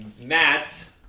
Matt